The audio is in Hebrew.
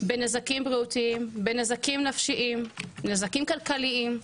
בנזקים בריאותיים, בנזקים נפשיים, בנזקים כלכליים,